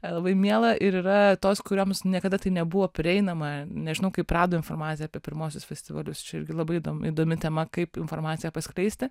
labai miela ir yra tos kurioms niekada tai nebuvo prieinama nežinau kaip rado informaciją apie pirmuosius festivalius čia irgi labai įdomi įdomi tema kaip informaciją paskleisti